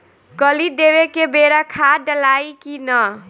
कली देवे के बेरा खाद डालाई कि न?